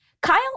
Kyle